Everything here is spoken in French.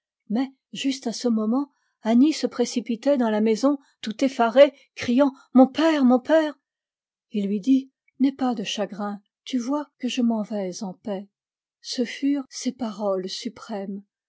mais juste à ce moment annie se précipitait dans la maison tout effarée criant mon père mon père il lui dit n'aie pas de chagrin tu vois que je m'en vais en paix ce furent ses paroles suprêmes